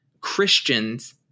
Christians